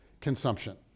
consumption